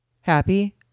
happy